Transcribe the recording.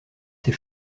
ses